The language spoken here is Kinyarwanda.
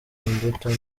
imbuto